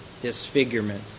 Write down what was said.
disfigurement